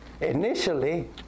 initially